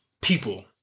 people